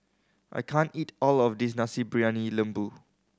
I can't eat all of this Nasi Briyani Lembu